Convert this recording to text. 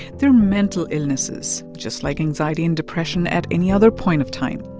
they're mental illnesses, just like anxiety and depression at any other point of time.